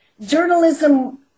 journalism